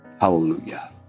hallelujah